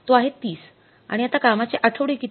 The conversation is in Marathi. तो आहे ३० आणि आता कामाचे आठवडे किती